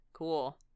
Cool